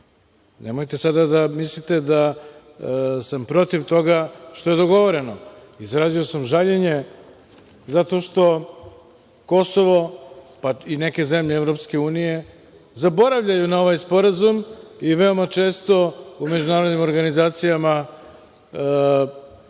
Nemojte sada da mislite da sam protiv toga što je dogovoreno. Izrazio sam žaljenje zato što Kosovo, pa i neke zemlje EU, zaboravljaju na ovaj sporazum i veoma često u međunarodnim organizacijama se